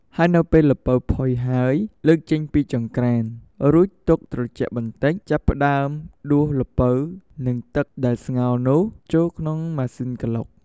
ហើយនៅពេលល្ពៅផុយហើយ លើកចេញពីចង្ក្រាន ទុកឲ្យត្រជាក់បន្តិច ចាប់ផ្ដើមដួសល្ពៅនិងទឹកដែលស្ងោរនោះ ចូលក្នុងម៉ាស៊ីនក្រឡុក។